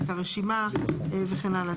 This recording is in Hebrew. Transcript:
את הרשימה וכן הלאה.